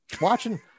watching